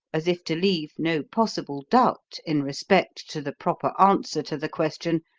as if to leave no possible doubt in respect to the proper answer to the question,